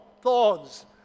thorns